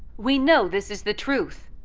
we know this is the truth.